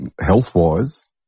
health-wise